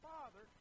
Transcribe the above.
Father